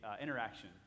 interaction